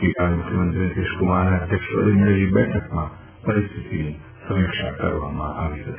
ગઈકાલે મુખ્યમંત્રી નીતીશક્રમારના અધ્યક્ષપદે મળેલી બેઠકમાં પરિસ્થિતિની સમીક્ષા કરવામાં આવી હતી